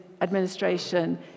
administration